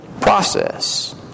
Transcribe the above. process